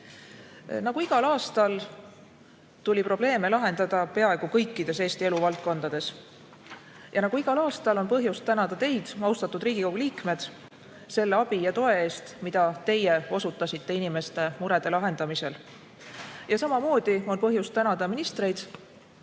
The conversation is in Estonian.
igal aastal, tuli probleeme lahendada peaaegu kõikides Eesti eluvaldkondades. Ja nagu igal aastal, on põhjust tänada teid, austatud Riigikogu liikmed, selle abi ja toe eest, mida teie osutasite inimeste murede lahendamisel. Samamoodi on põhjust tänada ministreid,